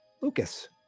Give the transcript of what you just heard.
Lucas